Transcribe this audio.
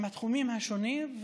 עם התחומים השונים,